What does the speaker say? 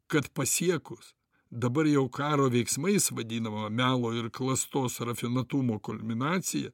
kad pasiekus dabar jau karo veiksmais vadinamą melo ir klastos rafinuotumo kulminaciją